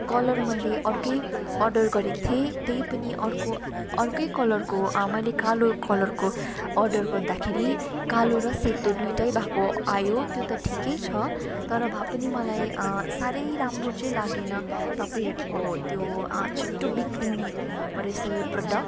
colour मैले अर्कै order गरेको थिएँ त्यही पनि अर्को अर्कै कलरको मैले कालो कलरको अर्डर गर्दाखेरि कालो र सेतो दुइटै भएको आयो त्यो त ठिकै छ तर भए पनि मलाई साह्रै राम्रो चाहिँ लागेन तपाईँहरूको त्यो छिट्टो बिग्रिने रहेछ यो प्रोडक्ट